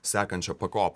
sekančią pakop